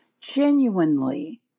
genuinely